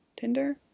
Tinder